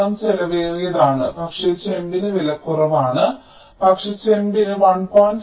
സ്വർണ്ണം ചെലവേറിയതാണ് പക്ഷേ ചെമ്പിന് വില കുറവാണ് പക്ഷേ ചെമ്പിന് 1